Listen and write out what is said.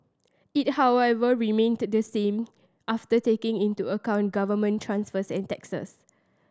it however remained the same after taking into account government transfers and taxes